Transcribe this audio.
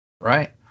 Right